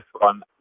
one